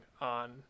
on